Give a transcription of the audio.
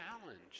challenge